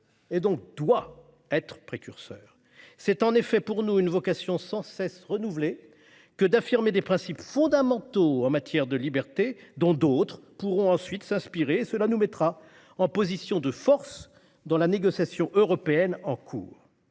et donc doit être précurseur. C'est en effet pour nous une vocation sans cesse renouvelée que d'affirmer des principes fondamentaux en matière de libertés, dont d'autres pourront ensuite s'inspirer. Et cela nous mettra en position de force dans la négociation européenne en cours.